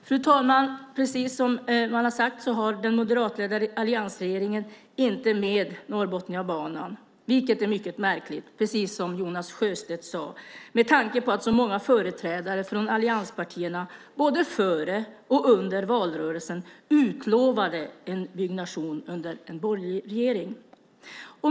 Fru talman! Den moderatledda alliansregeringen har inte med Norrbotniabanan, vilket är mycket märkligt, precis som Jonas Sjöstedt sade, med tanke på att så många företrädare från allianspartierna både före och under valrörelsen utlovade en byggnation under en borgerlig regering.